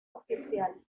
oficial